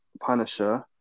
Punisher